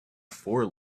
for